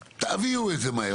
תביאו את זה מהר.